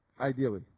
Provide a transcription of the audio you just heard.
Ideally